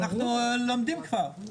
אנחנו לומדים כבר.